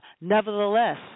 nevertheless